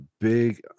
big